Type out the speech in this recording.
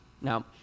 Now